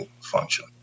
function